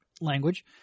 language